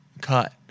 cut